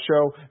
show